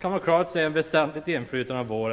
kan man klart se ett väsentligt inflytande av våren.